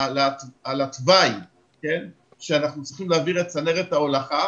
על התוואי שאנחנו צריכים להעביר את צנרת ההולכה